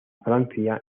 francia